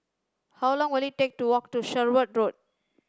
how long will it take to walk to Sherwood Road